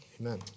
Amen